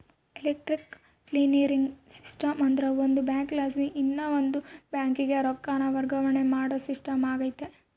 electronic clearing system ಅಂದ್ರ ಒಂದು ಬ್ಯಾಂಕಲಾಸಿ ಇನವಂದ್ ಬ್ಯಾಂಕಿಗೆ ರೊಕ್ಕಾನ ವರ್ಗಾವಣೆ ಮಾಡೋ ಸಿಸ್ಟಮ್ ಆಗೆತೆ